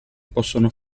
possono